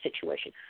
situation